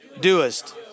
doest